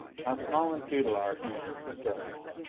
how small and futile are humans' struggles.